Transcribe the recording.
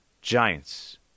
Giants